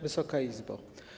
Wysoka Izbo!